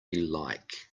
like